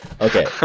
okay